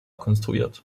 konstruiert